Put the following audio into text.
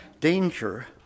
Danger